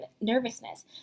nervousness